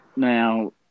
Now